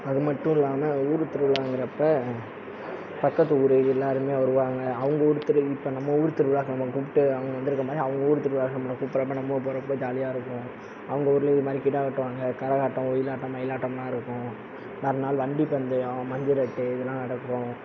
அது மட்டும் இல்லாமல் ஊர் திருவிழாங்கிறப்போ பக்கத்து ஊர் எல்லோருமே வருவாங்க அவங்க ஊர் இப்போ நம்ம ஊர் திருவிழாவுக்கு நம்ம கூப்பிட்டு அவங்க வந்திருக்க மாதிரி அவங்க ஊர் திருவிழாவுக்கு நம்மளை கூப்பிட்றப்ப நம்மளும் போகிறப்ப ஜாலியாக இருக்கும் அவங்க ஊர்லேயும் இது மாதிரி கிடா வெட்டுவாங்க கரகாட்டம் ஒயிலாட்டம் மயிலாட்டம்லாம் இருக்கும் மறுநாள் வண்டி பந்தயம் மஞ்சு விரட்டு இதெல்லாம் நடக்கும்